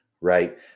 right